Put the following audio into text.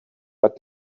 but